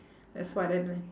that's what I meant